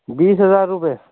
بیس ہزار روپے